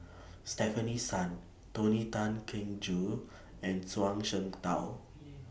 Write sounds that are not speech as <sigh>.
Stefanie Sun Tony Tan Keng Joo and Zhuang Shengtao <noise>